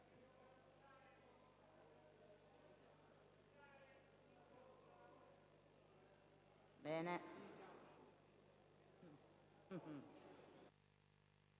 bene.